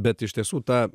bet iš tiesų tą